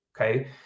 okay